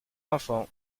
enfants